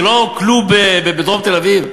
זה לא קְלוּבּ בדרום תל-אביב,